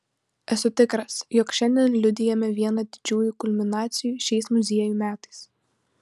esu tikras jog šiandien liudijame vieną didžiųjų kulminacijų šiais muziejų metais